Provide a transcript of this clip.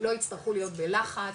לא יצטרכו להיות בלחץ,